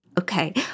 Okay